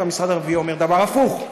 והמשרד הרביעי אומר דבר הפוך.